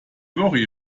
worry